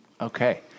Okay